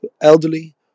elderly